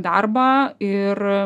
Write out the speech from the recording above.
darbą ir